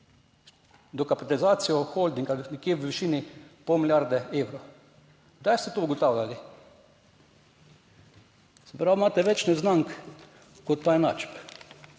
dokapitalizacijo holdinga nekje v višini pol milijarde evrov? Kdaj ste to ugotavljali? Se pravi, imate več neznank, kot pa enačb.